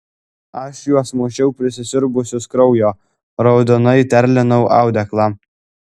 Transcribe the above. aš juos mušiau prisisiurbusius kraujo raudonai terlinau audeklą